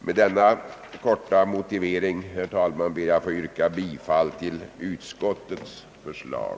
Med denna korta motivering, herr talman, ber jag att få yrka bifall till utskottets förslag.